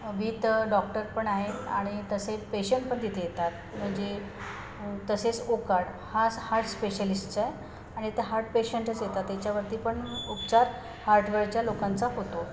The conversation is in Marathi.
वित डॉक्टर पण आहे आणि तसे पेशंट पण तिथे येतात म्हणजे तसेच ओकाड हा हार्ट स्पेशालिस्टचा आहे आणि त्या हार्ट पेशंटच येतात त्याच्यावरती पण उपचार हार्टवरच्या लोकांचा होतो